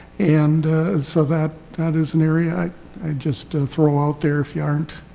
and so that that is an area i'll just throw out there if you aren't,